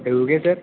એવું કે સર